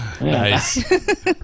Nice